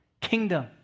kingdom